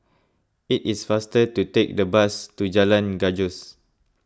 it is faster to take the bus to Jalan Gajus